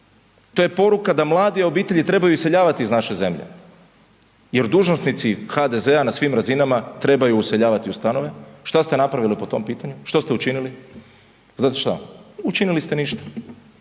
to je poruka da mlade obitelji trebaju iseljavati iz naše zemlje jer dužnosnici HDZ-a na svim razinama trebaju useljavati u stanove. Šta ste napravili po tom pitanju, što ste učinili? Znate šta? Učinili ste ništa.